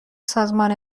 سازمان